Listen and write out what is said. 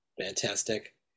Fantastic